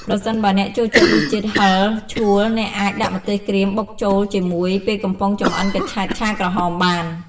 ប្រសិនបើអ្នកចូលចិត្តរសជាតិហឹរឆួល អ្នកអាច ដាក់ម្ទេសក្រៀមបុកចូលជាមួយ ពេលកំពុងចម្អិនកញ្ឆែតឆាក្រហមបាន។